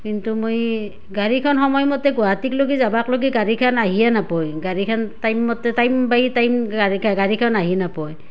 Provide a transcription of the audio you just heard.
কিন্তু মই গাড়ীখন সময়মতে গুৱাহাটীলৈকে যাবাক লগে গাড়ীখন আহিয়ে নাপয় গাড়ীখন টাইম মতে টাইম বাই টাইম গাড়ী গাড়ীখন আহি নাপয়